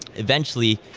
eventually,